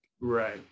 Right